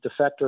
defector